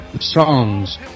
songs